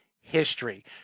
history